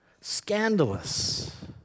Scandalous